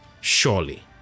surely